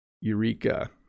Eureka